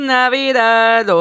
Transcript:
Navidad